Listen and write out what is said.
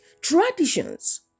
traditions